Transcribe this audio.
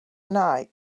night